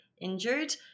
injured